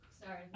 sorry